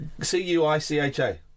c-u-i-c-h-a